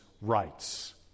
rights